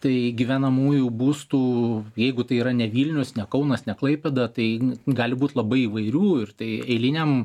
tai gyvenamųjų būstų jeigu tai yra ne vilnius ne kaunas ne klaipėda tai gali būt labai įvairių ir tai eiliniam